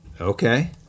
Okay